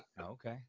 Okay